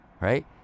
Right